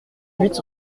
huit